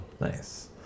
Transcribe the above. Nice